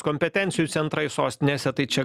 kompetencijų centrai sostinėse tai čia